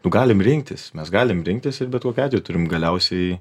galim rinktis mes galim rinktis ir bet kokiu atveju turim galiausiai